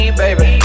baby